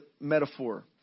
metaphor